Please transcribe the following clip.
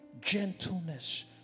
gentleness